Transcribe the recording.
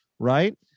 Right